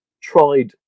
tried